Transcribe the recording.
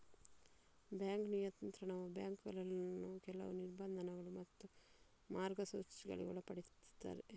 bank ನಿಯಂತ್ರಣವು ಬ್ಯಾಂಕುಗಳನ್ನ ಕೆಲವು ನಿರ್ಬಂಧಗಳು ಮತ್ತು ಮಾರ್ಗಸೂಚಿಗಳಿಗೆ ಒಳಪಡಿಸ್ತದೆ